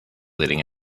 leading